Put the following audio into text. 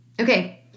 Okay